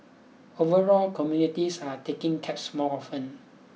overall communities are taking cabs more often